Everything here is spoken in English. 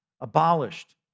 abolished